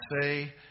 say